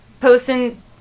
posting